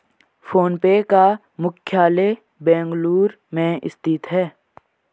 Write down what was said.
phone पे का मुख्यालय बेंगलुरु में स्थित है